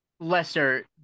lesser